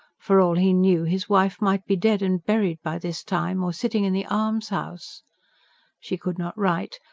for all he knew, his wife might be dead and buried by this time or sitting in the almshouse. she could not write,